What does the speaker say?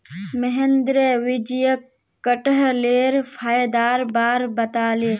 महेंद्र विजयक कठहलेर फायदार बार बताले